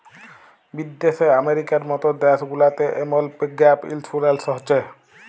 বিদ্যাশে আমেরিকার মত দ্যাশ গুলাতে এমল গ্যাপ ইলসুরেলস হছে